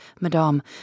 Madame